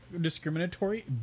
discriminatory